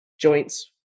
joints